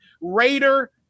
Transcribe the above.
Raider